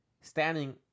standing